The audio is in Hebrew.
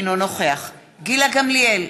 אינו נוכח גילה גמליאל,